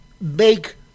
make